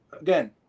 again